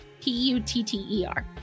P-U-T-T-E-R